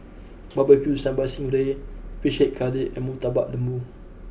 Barbecue Sambal Sting Ray Fish Head Curry and Murtabak Lembu